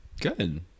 good